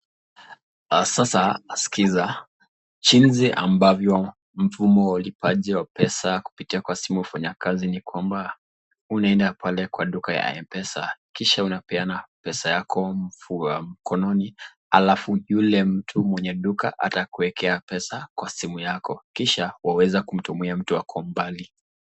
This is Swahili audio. Sasa skiza, jinsi ambavyo mfumo wa ulipaji wa pesa kupitia kwa simu hufanya kazi ni kwamba, unaenda pale kwa duka ya mpesa kisha unapeana pesa yako mkononi alafu yule mtu mwenye duka atakuwekea pesa kwa simu yako, kisha waweza kumtumia mtu ako mbali.